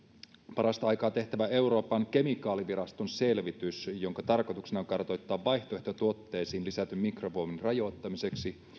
parasta aikaa tehtävä euroopan kemikaaliviraston selvitys jonka tarkoituksena on kartoittaa vaihtoehtotuotteisiin lisätyn mikromuovin rajoittamista